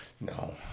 No